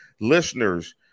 Listeners